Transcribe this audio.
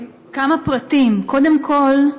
כמה פרטים: קודם כול,